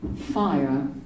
fire